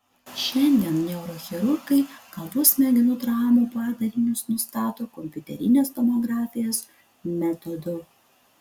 šiandien neurochirurgai galvos smegenų traumų padarinius nustato kompiuterinės tomografijos metodu